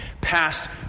Past